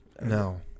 No